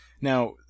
Now